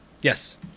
Yes